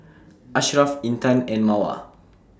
Ashraf Intan and Mawar